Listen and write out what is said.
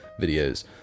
videos